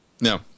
No